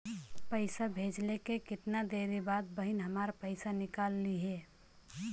पैसा भेजले के कितना देरी के बाद बहिन हमार पैसा निकाल लिहे?